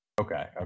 Okay